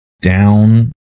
down